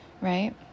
right